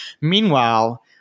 Meanwhile